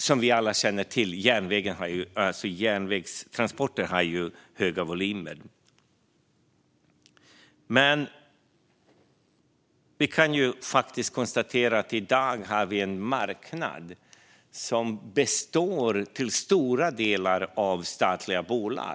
Som vi alla känner till har ju järnvägstransporter höga volymer. Men vi kan konstatera att vi i dag har en marknad som till stor del består av statliga bolag.